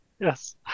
Yes